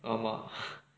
ஆமா:aamaa